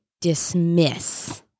dismiss